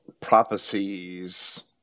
prophecies